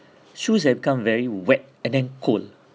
shoes eh become very wet and then cold